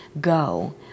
Go